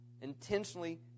Intentionally